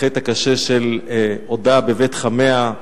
החטא הקשה, של עודה בבית חמיה.